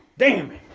damn it!